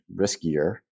riskier